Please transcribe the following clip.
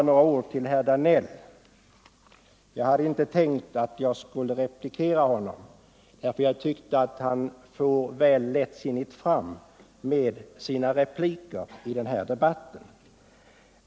Några ord till herr Danell som jag inte hade tänkt replikera, för jag tyckte han for väl lättsinnigt fram med sina repliker i den här debatten.